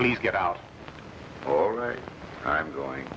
please get out or right i'm going